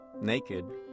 naked